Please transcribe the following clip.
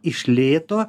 iš lėto